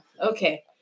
Okay